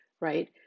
right